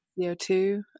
CO2